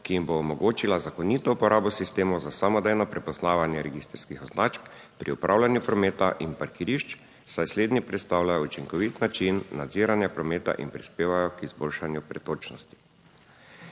ki jim bo omogočila zakonito uporabo sistemov za samodejno prepoznavanje registrskih označb pri upravljanju prometa in parkirišč, saj slednji predstavljajo učinkovit način nadziranja prometa in prispevajo k izboljšanju pretočnosti.